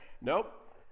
Nope